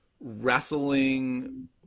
wrestling